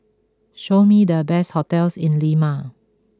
show me the best hotels in Lima